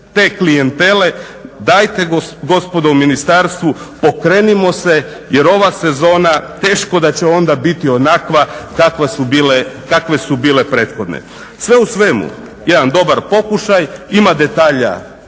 te klijentele. Dajte gospodo u ministarstvu pokrenimo se jer ova sezona teško da će biti onakav kakve su bile prethodne. Sve u svemu jedan dobar pokušaj. Ima detalja